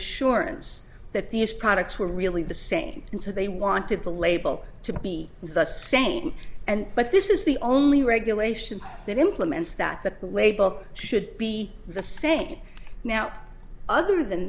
assurance that these products were really the same and so they wanted the label to be the same and but this is the only regulation that implements that the way both should be the same now other than